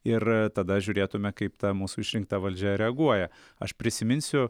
ir tada žiūrėtume kaip ta mūsų išrinkta valdžia reaguoja aš prisiminsiu